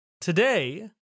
Today